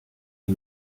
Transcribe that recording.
die